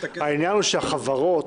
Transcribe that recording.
העניין שהחברות,